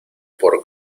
por